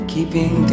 Keeping